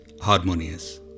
harmonious